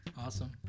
Awesome